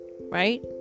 Right